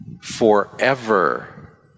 forever